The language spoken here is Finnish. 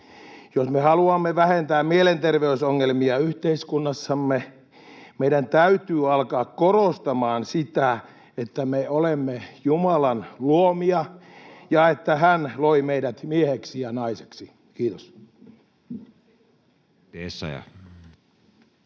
jos me haluamme vähentää mielenterveysongelmia yhteiskunnassamme, meidän täytyy alkaa korostamaan sitä, että me olemme Jumalan luomia ja että Hän loi meidät mieheksi ja naiseksi. — Kiitos.